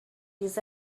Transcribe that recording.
his